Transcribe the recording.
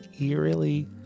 eerily